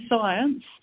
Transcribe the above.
science